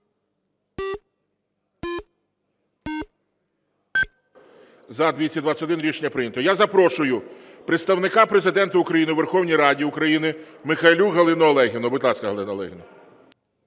За-221 Рішення прийнято. Я запрошую Представника Президента України у Верховній Раді України Михайлюк Галину Олегівну. Будь ласка, Галина Олегівна.